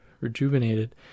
rejuvenated